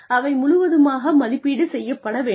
அவை முழுவதுமாக மதிப்பீடு செய்யப்பட வேண்டும்